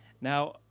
Now